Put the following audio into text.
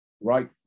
Right